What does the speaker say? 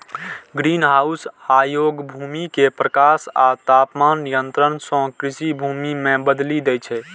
greenhouse अयोग्य भूमि कें प्रकाश आ तापमान नियंत्रण सं कृषि भूमि मे बदलि दै छै